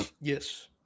Yes